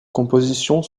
compositions